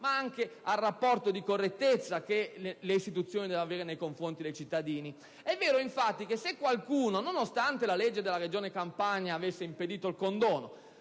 ma anche al rapporto di correttezza che le istituzioni devono avere nei confronti dei cittadini. È vero infatti che se qualcuno, nonostante il fatto che la legge della Regione Campania aveva impedito il condono,